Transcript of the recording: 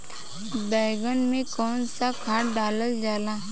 बैंगन में कवन सा खाद डालल जाला?